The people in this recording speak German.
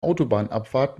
autobahnabfahrt